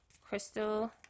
crystal